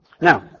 Now